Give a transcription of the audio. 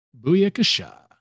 Booyakasha